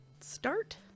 start